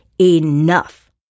Enough